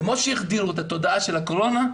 כמו שהחדירו את התודעה של הקורונה,